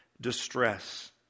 distress